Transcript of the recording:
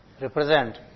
represent